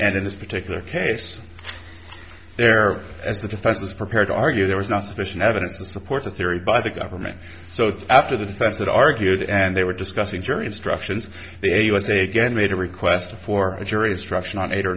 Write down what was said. and in this particular case there as the defense was prepared to argue there was not sufficient evidence to support a theory by the government so after the facts that argued and they were discussing jury instructions they usa again made a request for a jury instruction on